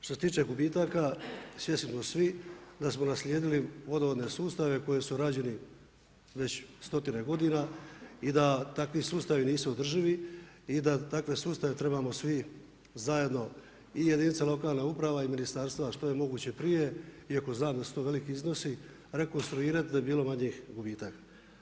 Što se tiče gubitaka, svjesni smo svi da smo naslijedili vodovodne sustave koji su rađeni već stotine godina i da takvi sustavi nisu održivi i da takve sustave trebamo svi zajedno i jedinice lokalnih uprava i ministarstva što je moguće prije iako znam da su to veliki iznosi, rekonstruirati da bi bilo manjih gubitaka.